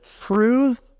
truth